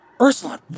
Ursula